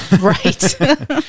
Right